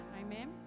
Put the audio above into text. amen